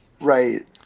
Right